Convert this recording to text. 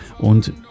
und